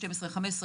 12 עד 15,